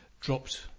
dropped